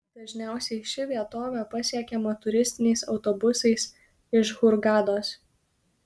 dažniausiai ši vietovė pasiekiama turistiniais autobusais iš hurgados